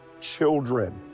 children